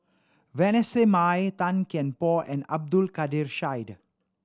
Vanessa Mae Tan Kian Por and Abdul Kadir Syed